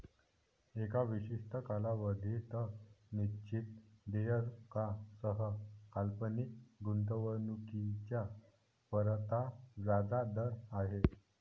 एका विशिष्ट कालावधीत निश्चित देयकासह काल्पनिक गुंतवणूकीच्या परताव्याचा दर आहे